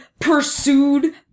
pursued